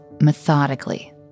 methodically